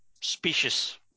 specious